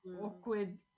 awkward